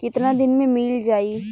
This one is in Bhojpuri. कितना दिन में मील जाई?